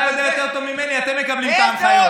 אתה יודע יותר טוב ממני, אתם מקבלים את ההנחיות.